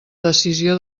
decisió